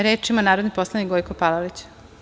Reč ima narodni poslanik Gojko Palalić.